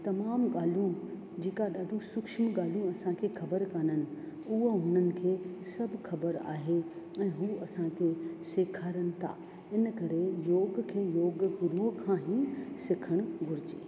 तमामु ॻाल्हियूं जेका ॾाढो सुक्षियूं ॻाल्हियूं असांखे ख़बर कोन आहिनि उहो उन्हनि खे सभु ख़बर आहे ऐं हू असांखे सेखारीनि था इन करे योग खे योग गुरूअ खां ई सिखणु घुर्जे